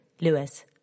Lewis